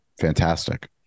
Fantastic